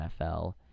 NFL